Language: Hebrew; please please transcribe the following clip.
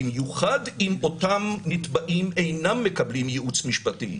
במיוחד אם אותם נתבעים אינם מקבלים ייעוץ משפטי,